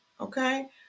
Okay